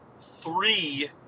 Three